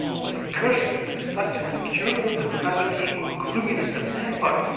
was cursed with such an incurable depravity or gloominess of temper,